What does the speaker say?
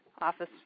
office